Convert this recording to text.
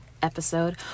episode